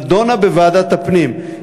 ובכנסת הקודמת היא נדונה בוועדת הפנים,